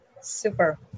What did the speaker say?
Super